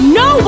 no